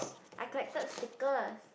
I collected stickers